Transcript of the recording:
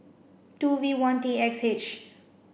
two V one T X H